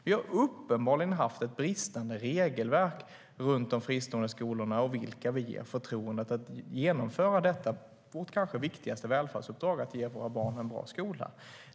Vi har uppenbarligen haft ett bristande regelverk runt de fristående skolorna och vilka vi ger förtroendet att genomföra vårt kanske viktigaste välfärdsuppdrag: att ge våra barn en bra skola.